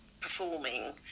performing